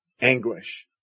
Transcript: anguish